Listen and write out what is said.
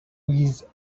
with